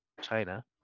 china